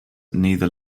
neither